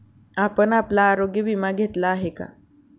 आपण आपला आरोग्य विमा घेतला आहे का?